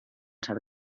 ser